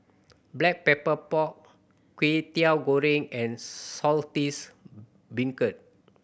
Black Pepper Pork Kwetiau Goreng and Saltish Beancurd